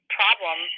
problem